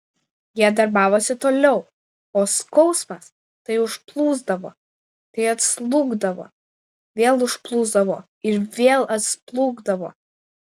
jie darbavosi toliau o skausmas tai užplūsdavo tai atslūgdavo vėl užplūsdavo ir vėl atslūgdavo